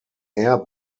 air